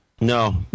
No